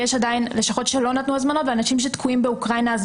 יש עדיין לשכות שלא נתנו הזמנות ואנשים שתקועים באוקראינה.